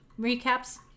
recaps